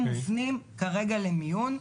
הם מופנים כרגע למיון.